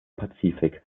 pazifik